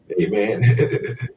Amen